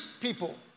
people